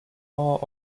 awe